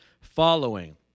following